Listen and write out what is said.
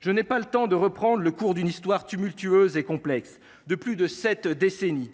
Je n’ai pas le temps de reprendre le cours d’une histoire tumultueuse et complexe, de plus de sept décennies,